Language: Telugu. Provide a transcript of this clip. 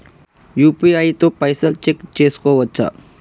యూ.పీ.ఐ తో పైసల్ చెక్ చేసుకోవచ్చా?